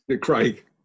Craig